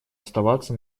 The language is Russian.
оставаться